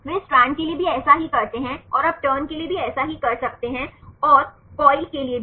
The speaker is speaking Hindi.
वे स्ट्रैंड के लिए भी ऐसा ही करते हैं और आप टर्न के लिए भी ऐसा ही कर सकते हैं और कॉइल के लिए भी